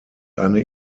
eine